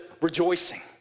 rejoicing